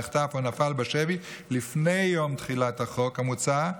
נחטף או נפל בשבי לפני יום תחילת החוק המוצע,